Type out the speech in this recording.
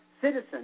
citizens